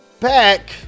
back